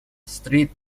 street